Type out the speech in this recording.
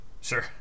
sure